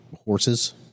horses